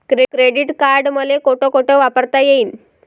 Credit card मले कोठ कोठ वापरता येईन?